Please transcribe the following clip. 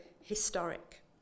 historic